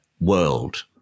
world